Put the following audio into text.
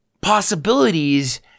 possibilities